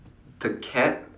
the cat